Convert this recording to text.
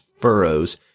furrows